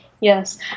Yes